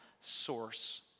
source